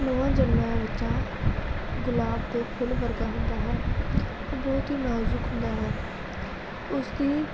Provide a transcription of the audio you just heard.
ਨਵਾਂ ਜੰਮਿਆ ਬੱਚਾ ਗੁਲਾਬ ਦੇ ਫੁੱਲ ਵਰਗਾ ਹੁੰਦਾ ਹੈ ਬਹੁਤ ਹੀ ਨਾਜ਼ੁਕ ਹੁੰਦਾ ਹੈ ਉਸਦੀ